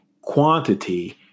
quantity